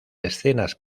escenas